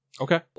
Okay